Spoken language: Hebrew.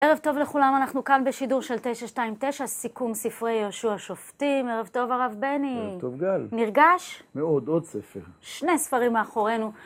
ערב טוב לכולם, אנחנו כאן בשידור של 9.29, סיכום ספרי יהושע שופטים. ערב טוב, הרב בני. ערב טוב, גל. נרגש? מאוד, עוד ספר. שני ספרים מאחורינו.